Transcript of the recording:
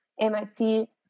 MIT